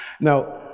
Now